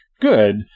good